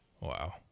Wow